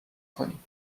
کنیم